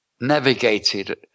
navigated